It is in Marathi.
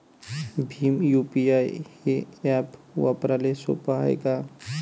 भीम यू.पी.आय हे ॲप वापराले सोपे हाय का?